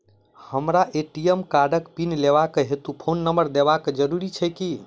हमरा ए.टी.एम कार्डक पिन लेबाक हेतु फोन नम्बर देबाक जरूरी छै की?